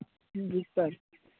जी sir